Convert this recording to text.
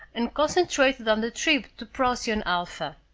and concentrated on the trip to procyon alpha.